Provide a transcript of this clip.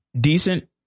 decent